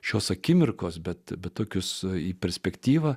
šios akimirkos bet be tokius į perspektyvą